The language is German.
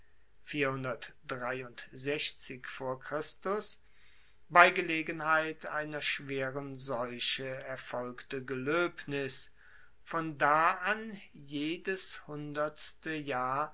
bei gelegenheit einer schweren seuche erfolgte geloebnis von da an jedes hundertste jahr